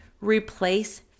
replace